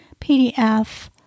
PDF